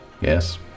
Yes